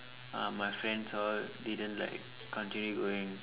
uh my friends all didn't like continue going